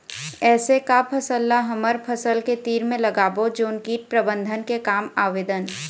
ऐसे का फसल ला हमर फसल के तीर मे लगाबो जोन कीट प्रबंधन के काम आवेदन?